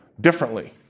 differently